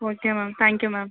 okay ma'am thank you ma'am